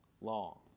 long